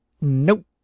Nope